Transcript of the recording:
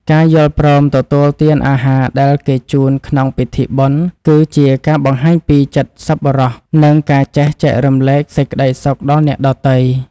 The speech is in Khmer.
ការយល់ព្រមទទួលទានអាហារដែលគេជូនក្នុងពិធីបុណ្យ គឺជាការបង្ហាញពីចិត្តសប្បុរស និងការចេះចែករំលែកសេចក្តីសុខដល់អ្នកដទៃ។